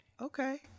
Okay